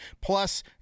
plus